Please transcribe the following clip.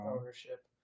ownership